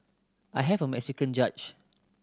I have a Mexican judge